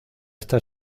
esta